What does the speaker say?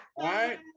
right